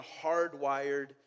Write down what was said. hardwired